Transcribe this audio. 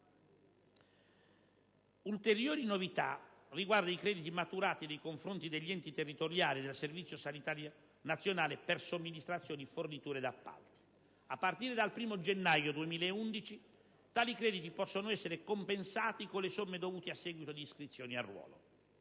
Ulteriori novità riguardano i crediti maturati nei confronti degli enti territoriali dal Servizio sanitario nazionale per somministrazione, forniture e appalti. A partire dal 1° gennaio 2011, tali crediti possono essere compensati con le somme dovute a seguito di iscrizioni a ruolo.